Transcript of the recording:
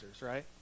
right